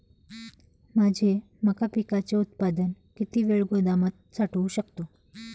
माझे मका पिकाचे उत्पादन किती वेळ गोदामात साठवू शकतो?